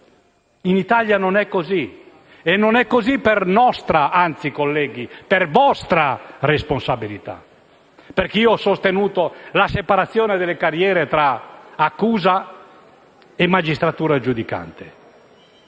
In Italia non è così, e non è così per nostra, anzi per vostra responsabilità, colleghi, perché io ho sostenuto la separazione delle carriere tra accusa e magistratura giudicante.